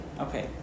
Okay